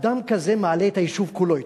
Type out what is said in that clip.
אדם כזה מעלה את היישוב כולו אתו.